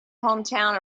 hometown